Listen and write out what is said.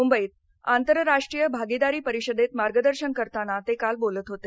मुंबईत आंतरराष्ट्रीय भागिदारी परिषदेत मार्गदर्शन करताना ते काल बोलत होते